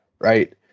right